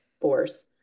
force